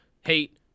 hate